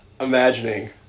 imagining